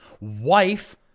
wife